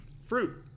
fruit